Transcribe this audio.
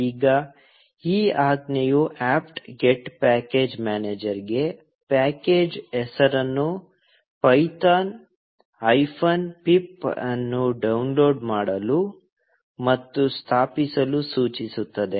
ಈಗ ಈ ಆಜ್ಞೆಯು ಆಪ್ಟ್ ಗೆಟ್ ಪ್ಯಾಕೇಜ್ ಮ್ಯಾನೇಜರ್ಗೆ ಪ್ಯಾಕೇಜ್ ಹೆಸರನ್ನು ಪೈಥಾನ್ ಹೈಫನ್ ಪಿಪ್ ಅನ್ನು ಡೌನ್ಲೋಡ್ ಮಾಡಲು ಮತ್ತು ಸ್ಥಾಪಿಸಲು ಸೂಚಿಸುತ್ತದೆ